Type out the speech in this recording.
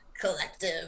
collective